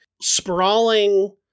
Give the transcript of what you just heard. sprawling